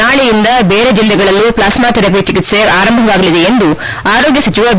ನಾಳೆಯಿಂದ ಬೇರೆ ಜಿಲ್ಲೆಗಳಲ್ಲೂ ಪ್ಲಾಸ್ಮಾ ಥೆರಪಿ ಚಿಕಿತ್ಸೆ ಆರಂಭವಾಗಲಿದೆ ಎಂದು ಆರೋಗ್ಮ ಸಚಿವ ಬಿ